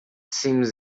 seems